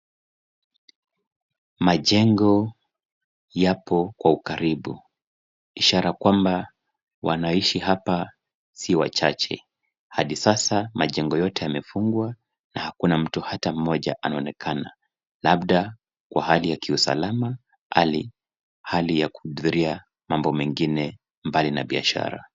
Majengo yapo kwa ukaribu. Ishara kwamba wanaoishi hapa si wachache. Hadi sasa, majengo yote yamefungwa na hakuna mtu hata mmoja anaonekana. Labda kwa hali ya kiusama hali ya kuhudhuria mambo mengine mbali na biashara.